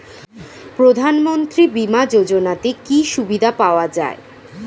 প্রধানমন্ত্রী বিমা যোজনাতে কি কি সুবিধা পাওয়া যায়?